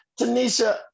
Tanisha